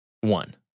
One